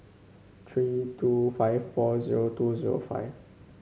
three two five four zero two zero five